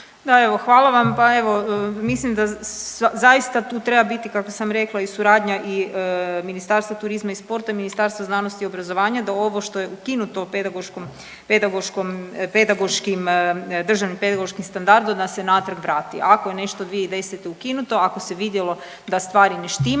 Pa evo, hvala vam. Pa evo mislim da zaista tu treba biti, kako sam rekla i suradnja i Ministarstva turizma i sporta i Ministarstva znanosti i obrazovanja da ovo što je ukinuto pedagoškom, pedagoškim, Državnim pedagoškim standardom nas se natrag vrati. Ako je nešto 2010. ukinuto, ako se vidjelo da stvari ne štimaju,